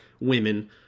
women